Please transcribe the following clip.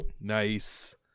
nice